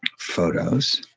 photos.